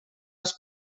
les